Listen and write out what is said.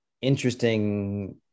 interesting